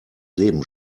leben